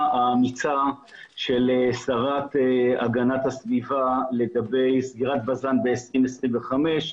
האמיצה של השרה להגנת הסביבה לגבי סגירת בז"ן ב-2025.